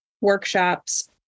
workshops